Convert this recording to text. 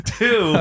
two